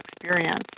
experience